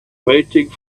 waiting